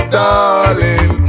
darling